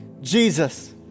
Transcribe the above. Jesus